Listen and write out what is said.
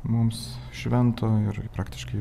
mums švento ir praktiškai